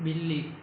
बिल्ली